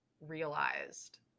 realized